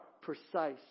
precise